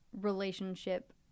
relationship